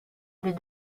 les